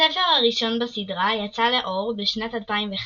הספר הראשון בסדרה יצא לאור בשנת 2005,